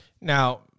Now